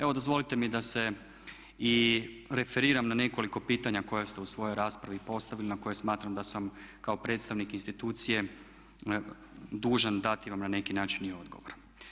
Evo dozvolite mi da se i referiram na nekoliko pitanja koja ste u svojoj raspravi postavili na koje smatram da sam kao predstavnik institucije dužan dati vam na neki način i odgovor.